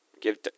give